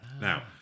Now